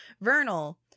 Vernal